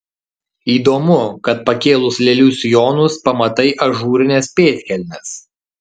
įdomu kad pakėlus lėlių sijonus pamatai ažūrines pėdkelnes